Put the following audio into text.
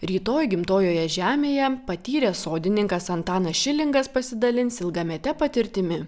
rytoj gimtojoje žemėje patyręs sodininkas antanas šilingas pasidalins ilgamete patirtimi